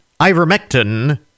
ivermectin